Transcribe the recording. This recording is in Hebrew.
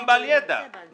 מונטג, בבקשה.